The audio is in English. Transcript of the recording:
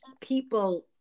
people